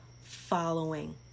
following